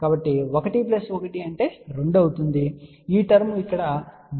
కాబట్టి 1 1 2 మరియు ఈ టర్మ్ ఇక్కడ BZ0C Z0